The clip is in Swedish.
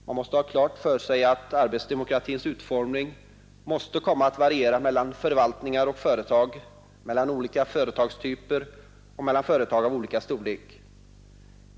Man måste ha klart för sig att arbetsdemokratins utformning måste komma att variera mellan förvaltningar och företag, mellan olika företagstyper och mellan företag av olika storlek.